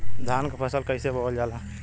धान क फसल कईसे बोवल जाला?